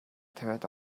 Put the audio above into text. тавиад